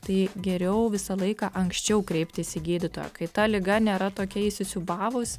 tai geriau visą laiką anksčiau kreiptis į gydytoją kai ta liga nėra tokia įsisiūbavus